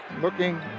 Looking